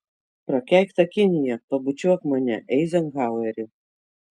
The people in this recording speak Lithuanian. prakeikta kinija pabučiuok mane eizenhaueri